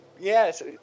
Yes